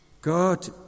God